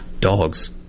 Dogs